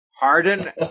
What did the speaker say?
Harden